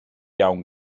iawn